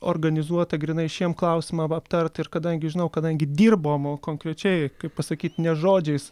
organizuotą grynai šiems klausimam aptart ir kadangi žinau kadangi dirbom konkrečiai kaip pasakyt ne žodžiais